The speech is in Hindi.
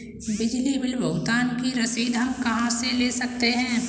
बिजली बिल भुगतान की रसीद हम कहां से ले सकते हैं?